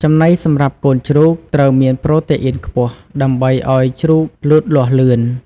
ចំណីសម្រាប់កូនជ្រូក ត្រូវមានប្រូតេអ៊ីនខ្ពស់ដើម្បីឲ្យជ្រូកលូតលាស់លឿន។